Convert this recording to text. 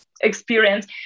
experience